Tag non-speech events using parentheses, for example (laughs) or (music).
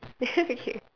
(laughs) okay